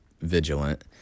vigilant